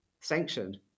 sanctioned